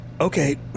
okay